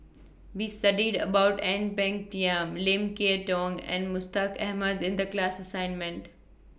We studied about Ang Peng Tiam Lim Kay Tong and Mustaq Ahmad in The class assignment